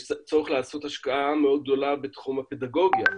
יש צורך לעשות השקעה מאוד גדולה בתחום של הפדגוגיה,